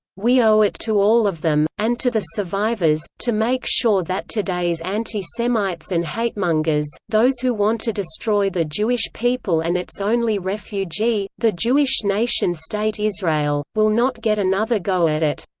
we owe it to all of them, and to the survivors, to make sure that today's anti-semites and hatemongers those who want to destroy the jewish people and its only refugee, the jewish nation state israel will not get another go at it.